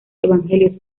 evangelios